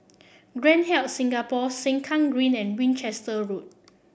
Grand Hyatt Singapore Sengkang Green and Winchester Road